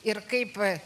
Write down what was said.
ir kaip